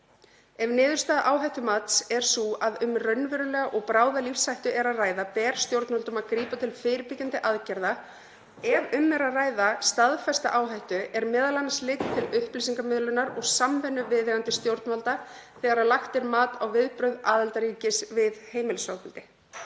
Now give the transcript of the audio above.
Ef niðurstaða áhættumats er sú að um raunverulega og bráða lífshættu sé að ræða ber stjórnvöldum að grípa til fyrirbyggjandi aðgerða. Ef um er að ræða staðfesta áhættu er m.a. litið til upplýsingamiðlunar og samvinnu viðeigandi stjórnvalda þegar lagt er mat á viðbrögð aðildarríkis við heimilisofbeldi.